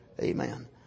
Amen